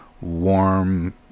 warm